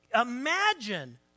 imagine